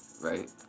right